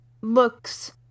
looks